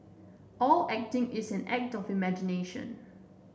all acting is an act of imagination